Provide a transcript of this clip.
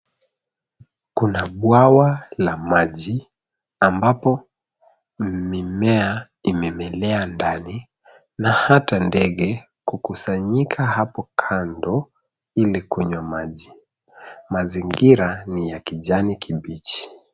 Kuna bwawa la maji ambapo mimea imemelea ndani na hata ndege kukusanyika hapo kando ili kunywa maji. Mazingira ni ya kijani kibichi.